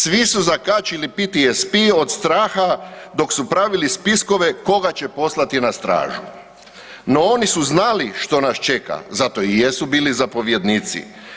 Svi su zakačili PTSP od straha dok su pravili spiskove koga će poslati na stražu, no oni su znali što nas čeka, zato i jesu bili zapovjednici.